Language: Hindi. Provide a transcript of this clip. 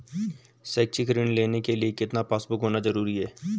शैक्षिक ऋण लेने के लिए कितना पासबुक होना जरूरी है?